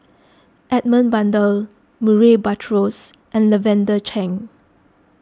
Edmund Blundell Murray Buttrose and Lavender Chang